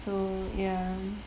so ya